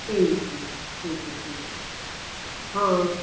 ਠੀਕ ਹੈ ਠੀਕ ਹੈ ਠੀਕ ਹੈ ਹਾਂ